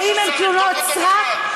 ואם הן תלונות סרק,